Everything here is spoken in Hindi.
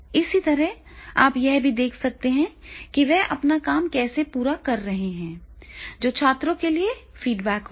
इसी तरह आप यह भी देख सकते हैं कि वे अपना काम कैसे पूरा कर रहे हैं जो छात्रों के लिए भी फीडबैक होगा